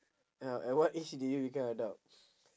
ya at what age did you become adult